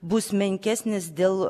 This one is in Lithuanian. bus menkesnis dėl